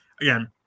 again